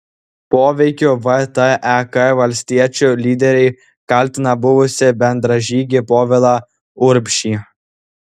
poveikiu vtek valstiečių lyderiai kaltina buvusį bendražygį povilą urbšį